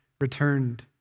returned